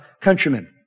countrymen